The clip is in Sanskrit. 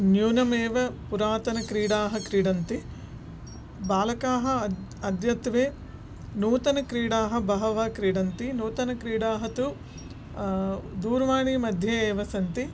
न्यूनम् एव पुरातन क्रीडाः क्रीडन्ति बालकाः अद् अद्यत्वे नूतनक्रीडाः बहवः क्रीडन्ति नूतनक्रीडाः तु दूरवाणीमध्ये एव सन्ति